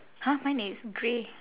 !huh! mine it's grey